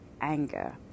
anger